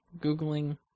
Googling